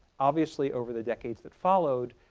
obviously, over the decades that followed,